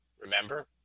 Remember